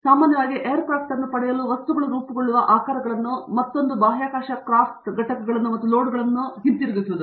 ಆದರೆ ಸಾಮಾನ್ಯವಾಗಿ aircraft ಅನ್ನು ಪಡೆಯಲು ವಸ್ತುಗಳು ರೂಪುಗೊಳ್ಳುವ ಆಕಾರಗಳನ್ನು ಮತ್ತೊಂದು ಬಾಹ್ಯಾಕಾಶ ಕ್ರಾಫ್ಟ್ ಘಟಕಗಳನ್ನು ಮತ್ತು ಲೋಡ್ಗಳನ್ನು ಮತ್ತು ಎಲ್ಲವನ್ನೂ ಹಿಂತಿರುಗಿಸುವುದು